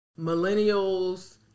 Millennials